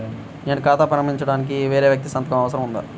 నేను ఖాతా ప్రారంభించటానికి వేరే వ్యక్తి సంతకం అవసరం ఉందా?